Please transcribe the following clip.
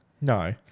No